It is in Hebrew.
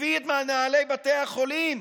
הביא את מנהלי בתי החולים,